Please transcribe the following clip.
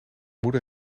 moeder